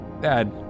Dad